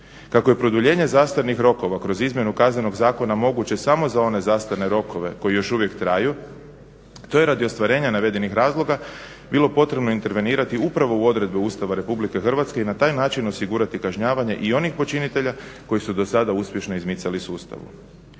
Kako je produljenje zastarnih rokova kroz izmjenu Kaznenog zakona moguće samo za one zastarne rokove koji još uvijek traju to je radi ostvarenja navedenih razloga bilo potrebno intervenirati upravo u odredbe Ustava RH i na taj način osigurati kažnjavanje i onih počinitelja koji su do sada uspješno izmicali sustavu.